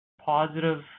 positive